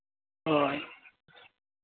ᱦᱳᱭ